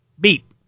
beep